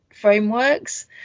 frameworks